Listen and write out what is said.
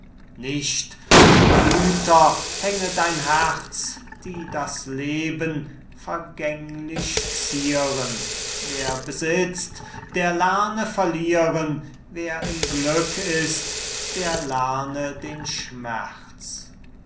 nicht an die güter hänge dein herz die das leben vergänglich zieren wer besitzt der lerne verlieren wer im glück ist der lerne den schmerz